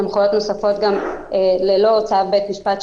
סמכויות נוספות גם ללא צו בית משפט,